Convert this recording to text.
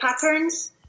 patterns